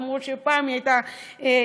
למרות שפעם היא הייתה גבר.